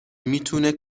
میتونه